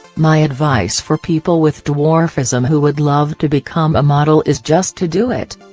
my advice for people with dwarfism who would love to become a model is just to do it.